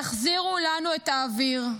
תחזירו לנו את האוויר.